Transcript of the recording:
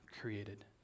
created